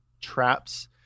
traps